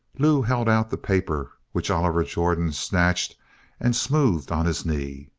lew held out the paper, which oliver jordan snatched and smoothed on his knee.